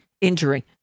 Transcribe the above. injury